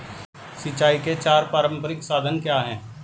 सिंचाई के चार पारंपरिक साधन क्या हैं?